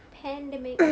pandemic